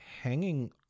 hanging